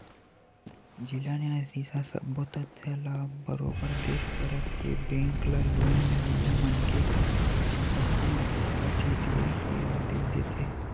जिला न्यायधीस ह सब्बो तथ्य ल बरोबर देख परख के बेंक ल लोन लेवइया मनखे के संपत्ति ल हथितेये के आदेश देथे